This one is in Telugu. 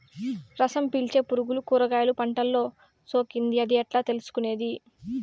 రసం పీల్చే పులుగులు కూరగాయలు పంటలో సోకింది అని ఎట్లా తెలుసుకునేది?